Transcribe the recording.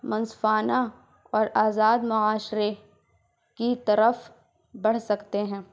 منصفانہ اور آزاد معاشرے کی طرف بڑھ سکتے ہیں